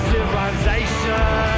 Civilization